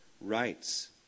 rights